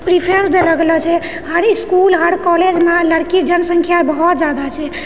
preference देलो गेलो छै हर इसकुल हर कॉलेजमे लड़की जनसङ्ख्या बहुत जादा छै